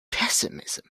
pessimism